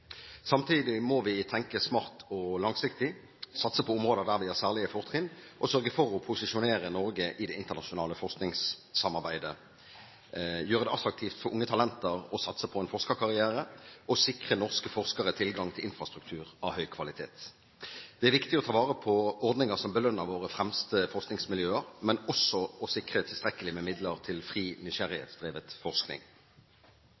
Samtidig må vi tenke smart og langsiktig, satse på områder der vi har særlige fortrinn, sørge for å posisjonere Norge i det internasjonale forskningssamarbeidet, gjøre det attraktivt for unge talenter å satse på en forskerkarriere og sikre norske forskere tilgang til infrastruktur av høy kvalitet. Det er viktig å ta vare på ordninger som belønner våre fremste forskningsmiljøer, men også å sikre tilstrekkelig med midler til fri,